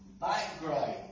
background